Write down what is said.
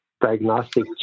diagnostic